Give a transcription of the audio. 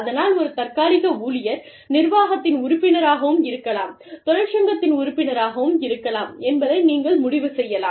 அதனால் ஒரு தற்காலிக ஊழியர் நிர்வாகத்தின் உறுப்பினராகவும் இருக்கலாம் தொழிற்சங்கத்தின் உறுப்பினராகவும் இருக்கலாம் என்பதை நீங்கள் முடிவு செய்யலாம்